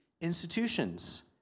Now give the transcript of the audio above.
institutions